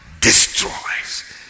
destroys